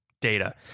data